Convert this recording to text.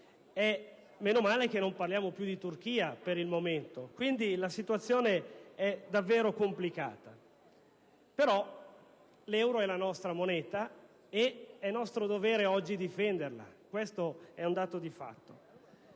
e meno male che non parliamo più di Turchia, per il momento. La situazione è davvero complicata, ma l'euro è la nostra moneta ed è nostro dovere oggi difenderla, questo è un dato di fatto.